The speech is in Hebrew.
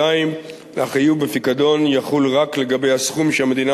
2. החיוב בפיקדון יחול רק לגבי הסכום שהמדינה